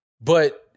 But-